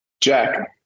Jack